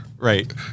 Right